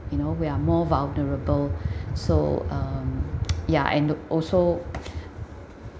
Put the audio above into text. you know we are more vulnerable so um ya and also